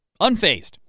Unfazed